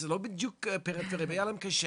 שזה לא בדיוק פריפריה והיה להן קשה.